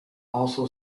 also